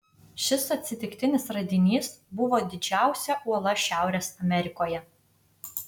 šis atsitiktinis radinys buvo didžiausia uola šiaurės amerikoje